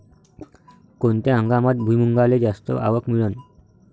कोनत्या हंगामात भुईमुंगाले जास्त आवक मिळन?